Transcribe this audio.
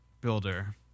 builder